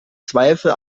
zweifel